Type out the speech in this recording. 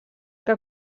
que